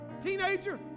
Teenager